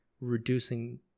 reducing